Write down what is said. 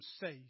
safe